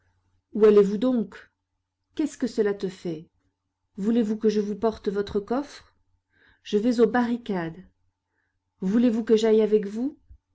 où allez-vous donc qu'est-ce que cela te fait voulez-vous que je vous porte votre coffre je vais aux barricades voulez-vous que j'aille avec vous